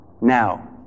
now